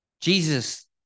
Jesus